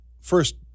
first